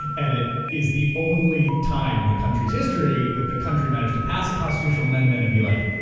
and it is the only time in the country's history that the country managed to pass a constitutional amendment and be like,